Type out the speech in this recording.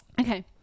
Okay